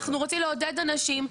אנחנו רוצים לעודד אנשים.